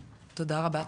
תודה רבה צח.